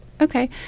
Okay